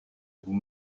vous